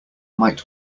might